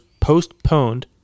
postponed